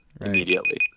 immediately